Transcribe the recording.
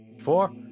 Four